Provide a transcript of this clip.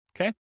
Okay